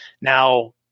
Now